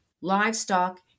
livestock